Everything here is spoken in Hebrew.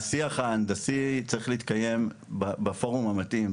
השיח ההנדסי צריך להתקיים בפורום המתאים,